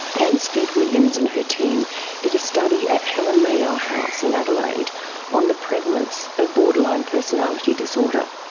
anne sved williams and her team did a study at helen mayo house in adelaide on the prevalence of borderline personality disorder.